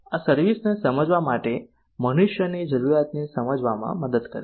આ સર્વિસ ને સમજવા માટે મનુષ્યની જરૂરિયાતને સમજવામાં મદદ કરે છે